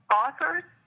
authors